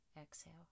exhale